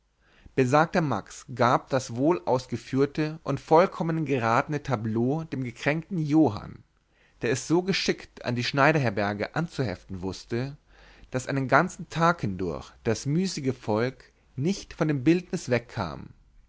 besagter max gab das wohlausgeführte und vollkommen geratene tableau dem gekränkten johann der es so geschickt an die schneiderherberge anzuheften wußte daß einen ganzen tag hindurch das müßige volk nicht von dem bildnis wegkam